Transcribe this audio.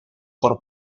por